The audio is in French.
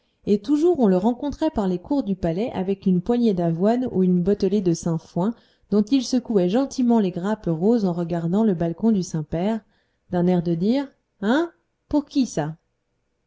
et toujours on le rencontrait par les cours du palais avec une poignée d'avoine ou une bottelée de sainfoin dont il secouait gentiment les grappes roses en regardant le balcon du saint-père d'un air de dire hein pour qui ça